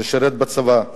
ששירת בצבא,